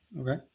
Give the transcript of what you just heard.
Okay